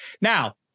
Now